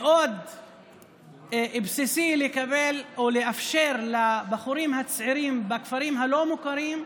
מאד בסיסי לאפשר לבחורים הצעירים בכפרים הלא-מוכרים,